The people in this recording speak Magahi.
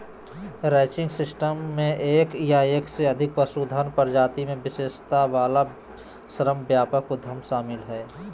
रैंचिंग सिस्टम मे एक या एक से अधिक पशुधन प्रजाति मे विशेषज्ञता वला श्रमव्यापक उद्यम शामिल हय